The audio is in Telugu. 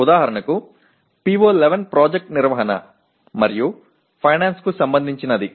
ఉదాహరణకు PO11 ప్రాజెక్ట్ నిర్వహణ మరియు ఫైనాన్స్కు సంబంధించినది